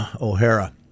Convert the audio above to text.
O'Hara